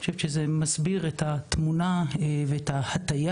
אני חושבת שזה מסביר את התמונה ואת ההטיה